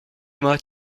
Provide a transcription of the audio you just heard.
mois